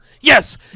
Yes